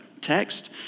text